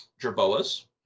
Jerboas